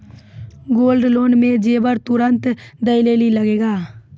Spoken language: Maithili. गोल्ड लोन मे जेबर तुरंत दै लेली लागेया?